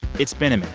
it's been a minute.